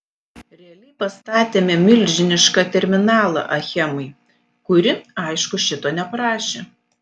realiai pastatėme milžinišką terminalą achemai kuri aišku šito neprašė